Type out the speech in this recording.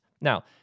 Now